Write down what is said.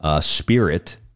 spirit